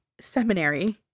seminary